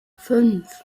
fünf